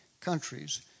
countries